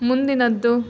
ಮುಂದಿನದ್ದು